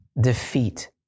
defeat